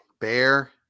Bear